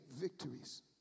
victories